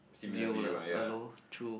view lah uh loh true